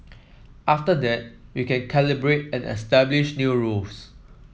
after that we can calibrate and establish new rules